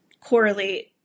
correlate